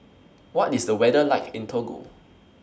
What IS The weather like in Togo